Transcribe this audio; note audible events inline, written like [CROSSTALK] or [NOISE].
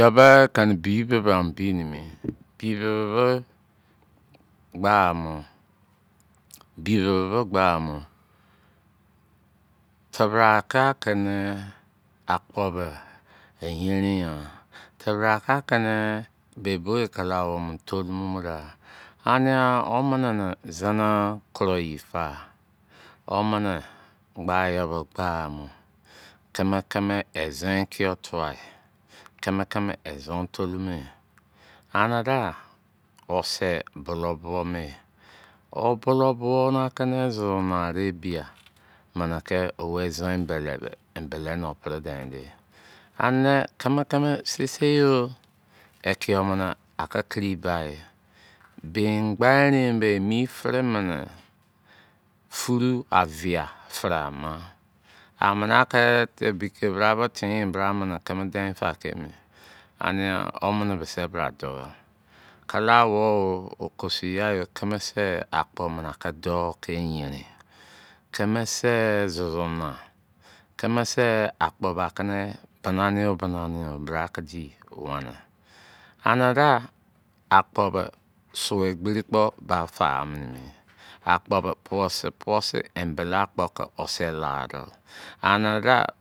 Ebe kene bi bebeem bi mene [NOISE] ye be be gba mo bi be be me gba mo bi be be me gba mo te bra ka kene akpo be e yerin yan tebra ka kene ba bo kala awo bo mo tulumo mi da ane omene ne zene kro ye fa omene gba yo ke gba mo teme keme ezon ki yo tuwa keme keme ezon tolumo ye ane gba o se bulou bo me obulou bo na kene zin na ke ebi ya [NOISE] eme ne ko we ezon bele bele ne pre de me ya ane keme keme seisei yo ekiyo mene a ke kioi ba a bin ba erein kpo emi fere menu furu avia fere ama a amene a ke ebi ke bra bo ten bra keme den fake emi ane yan o mene bra bo se dou kala owo o okosu yai o keme se akpo na ke do te yerm ye keme se sosu na keme se akpo ba ke ne bina ni yo binaniyo brake di ane ga akpo me so egberi kpo ba fa mene me akpo bo puse em bele akpo ke o se la do ane ga